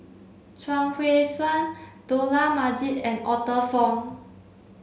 Chuang Hui Tsuan Dollah Majid and Arthur Fong